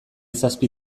zazpi